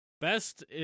Best